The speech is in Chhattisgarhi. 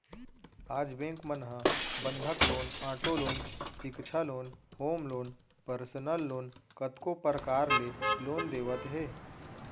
आज बेंक मन ह बंधक लोन, आटो लोन, सिक्छा loan, home loan, personal loan कतको परकार ले लोन देवत हे